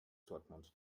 dortmund